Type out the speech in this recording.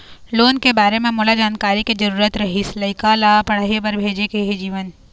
loan के बारे म मोला जानकारी के जरूरत रीहिस, लइका ला पढ़े बार भेजे के हे जीवन